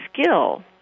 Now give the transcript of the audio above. skill